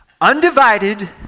undivided